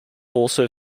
also